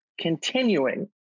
continuing